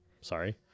Sorry